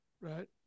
right